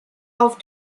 auf